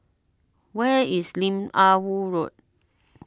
where is Lim Ah Woo Road